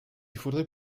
faudrait